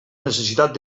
necessitat